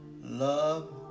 Love